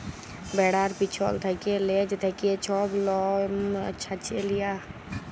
ভেড়ার পিছল থ্যাকে লেজ থ্যাকে ছব লম চাঁছে লিয়া